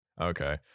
Okay